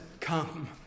come